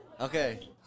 Okay